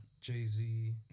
Jay-Z